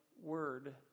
word